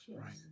right